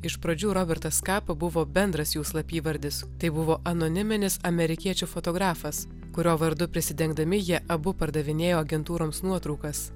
iš pradžių robertas kapa buvo bendras jų slapyvardis tai buvo anoniminis amerikiečių fotografas kurio vardu prisidengdami jie abu pardavinėjo agentūroms nuotraukas